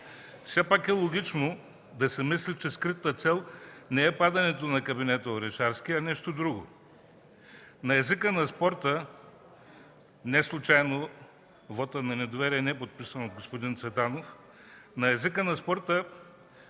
Все пак е логично да се мисли, че скритата цел не е падането на кабинета Орешарски, а нещо друго. Неслучайно вотът на недоверие не е подписан от господин Цветанов. На езика на спорта